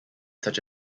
such